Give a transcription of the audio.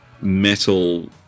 metal